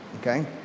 okay